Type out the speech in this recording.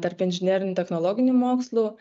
tarp inžinerinių technologinių mokslų